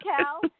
Cal